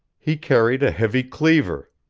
he carried a heavy cleaver.